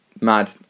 Mad